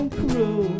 crew